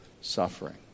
suffering